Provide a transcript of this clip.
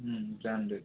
হুম branded